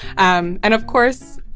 um and of course,